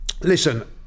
listen